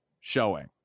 showing